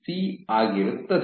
C ಆಗಿರುತ್ತದೆ